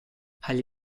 agli